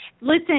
Listen